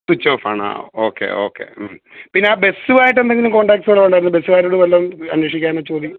switch off ആണ് ആ okay okay പിന്നെ ആ ബെസ്സു ആയിട്ട് എന്തെങ്കിലും കോണ്ടേക്റ്റ്സ്കള് ഉണ്ടായിരുന്നോ ബെസ്സ്കാരോട് വല്ലോം അന്വേഷിക്കാന് പറ്റുവെങ്കിൽ